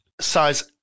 size